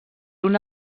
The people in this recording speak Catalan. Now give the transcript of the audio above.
una